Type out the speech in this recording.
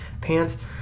pants